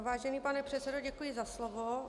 Vážený pane předsedo, děkuji za slovo.